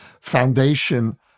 foundation